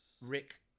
Rick